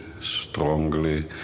strongly